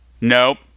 Nope